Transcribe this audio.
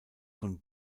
von